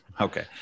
Okay